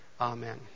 Amen